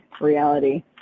reality